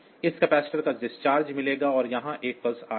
इस कैपेसिटर को डिस्चार्ज मिलेगा और यहां 1 पल्स आएगा